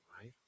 right